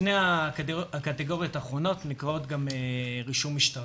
שתי הקטגוריות האחרות נקראות גם רישום משטרתי.